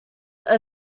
are